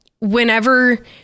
whenever